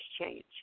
change